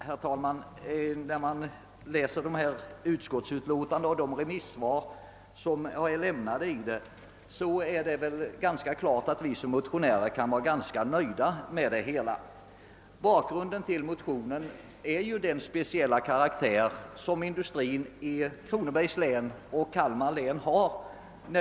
Herr talman! När man läser utskottsutlåtandet och de lämnade remissvaren står det väl ganska klart att vi motionärer kan vara rätt nöjda. Bakgrunden till motionen är träoch glasindustrins speciella karaktär i Kronobergs och Kalmar län.